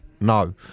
no